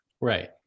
right